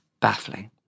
baffling